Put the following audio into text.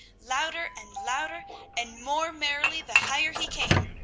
louder and louder and more merrily the higher he came